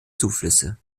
zuflüsse